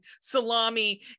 salami